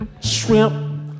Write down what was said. Shrimp